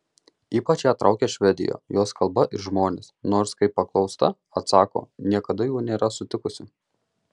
ypač ją traukia švedija jos kalba ir žmonės nors kaip paklausta atsako niekada jų nėra sutikusi